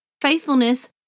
faithfulness